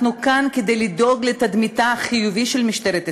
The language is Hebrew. אנחנו כאן כדי לדאוג לתדמיתה החיובית של משטרת ישראל.